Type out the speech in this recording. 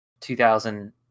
2000